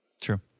true